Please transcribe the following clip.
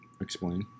Explain